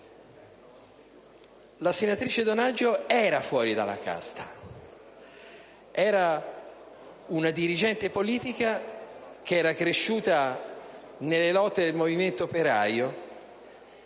La senatrice Donaggio era fuori dalla casta: era una dirigente politica che era cresciuta nelle lotte del movimento operaio